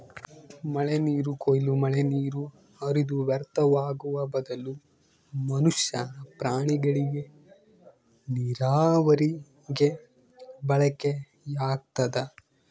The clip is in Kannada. ಮಳೆನೀರು ಕೊಯ್ಲು ಮಳೆನೀರು ಹರಿದು ವ್ಯರ್ಥವಾಗುವ ಬದಲು ಮನುಷ್ಯ ಪ್ರಾಣಿಗಳಿಗೆ ನೀರಾವರಿಗೆ ಬಳಕೆಯಾಗ್ತದ